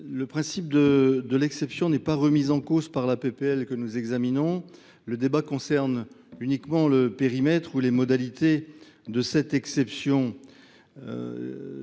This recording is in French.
Le principe de l'exception n'est pas remis en cause par la PPL que nous examinons. Le débat concerne uniquement le périmètre ou les modalités de cette exception.